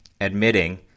admitting